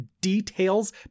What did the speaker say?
details